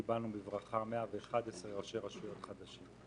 קיבלנו בברכה 111 ראשי רשויות חדשים.